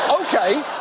Okay